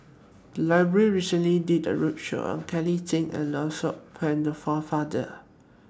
The Library recently did A roadshow on Kelly Tang and Lancelot Maurice Pennefather